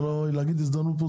לא טוב להגיד פה "הזדמנות"